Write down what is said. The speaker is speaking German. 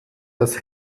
das